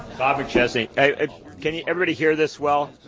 bob mcchesney. can everybody hear this well?